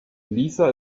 lisa